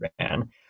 ran